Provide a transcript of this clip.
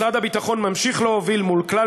משרד הביטחון ממשיך להוביל מול כלל